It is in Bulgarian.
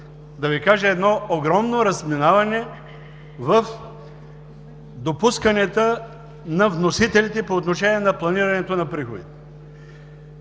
да Ви покажа едно огромно разминаване в допусканията на вносителите по отношение на планирането на приходи.